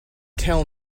tell